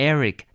Eric